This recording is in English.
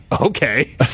okay